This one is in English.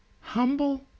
humble